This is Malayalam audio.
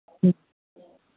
ഉം